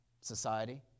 society